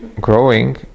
growing